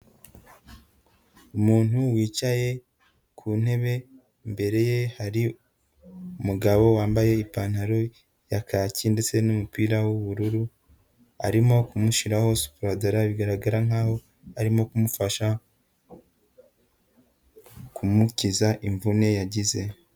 Umuntu wicaye ku ntebe imbere ye hari umugabo wambaye ipantaro ya kaki ndetse n'umupira w'ubururu, arimo kumushyiraho sipuradara bigaragara nkaho arimo kumufasha kumukiza imvune yagize.